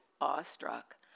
awestruck